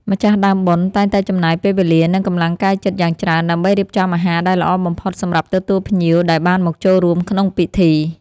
ម្ចាស់ដើមបុណ្យតែងតែចំណាយពេលវេលា និងកម្លាំងកាយចិត្តយ៉ាងច្រើន ដើម្បីរៀបចំអាហារដែលល្អបំផុតសម្រាប់ទទួលភ្ញៀវដែលបានមកចូលរួមក្នុងពិធី។